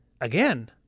Again